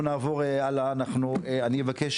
אנחנו נעבור הלאה, אני אבקש